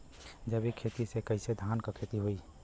जैविक खेती से कईसे धान क खेती होई?